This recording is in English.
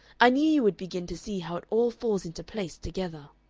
i knew you would begin to see how it all falls into place together.